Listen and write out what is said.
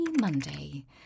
Monday